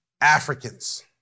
Africans